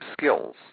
skills